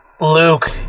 Luke